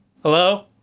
Hello